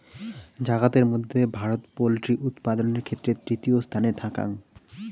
জাগাতের মধ্যে ভারত পোল্ট্রি উৎপাদানের ক্ষেত্রে তৃতীয় স্থানে থাকাং